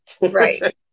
Right